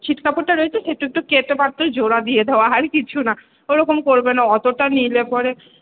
ছিট কাপড়টা রয়েছে সেটা একটু কেটে মাত্র জোড়া দিয়ে দেওয়া আর কিছুনা ওরকম করবেন না অতটা নিলে পরে